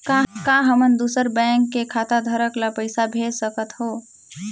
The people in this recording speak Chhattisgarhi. का हमन दूसर बैंक के खाताधरक ल पइसा भेज सकथ हों?